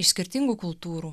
iš skirtingų kultūrų